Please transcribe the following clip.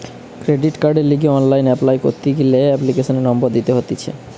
credit কার্ডের লিগে online apply করতি গ্যালে এপ্লিকেশনের নম্বর দিতে হতিছে